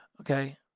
okay